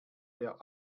der